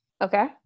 Okay